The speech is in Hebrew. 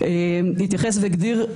הוא טועה טעות מרה.